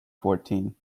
fourteen